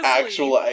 actual